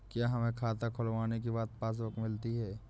क्या हमें खाता खुलवाने के बाद पासबुक मिलती है?